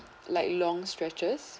like long stretches